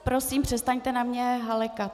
Prosím, přestaňte na mě halekat.